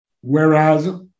whereas